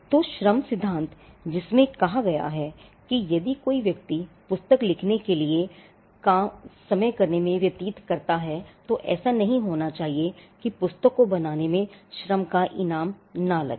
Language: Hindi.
तो श्रम सिद्धांत जिसमें कहा गया है कि यदि कोई व्यक्ति पुस्तक लिखने के काम करने में समय व्यतीत करता है तो ऐसा नहीं होना चाहिए कि पुस्तक को बनाने में लगे श्रम का ईनाम न मिले